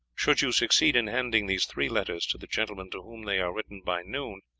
should you succeed in handing these three letters to the gentlemen to whom they are written by noon,